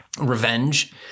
revenge